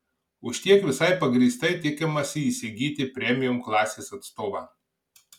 už tiek visai pagrįstai tikimasi įsigyti premium klasės atstovą